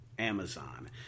Amazon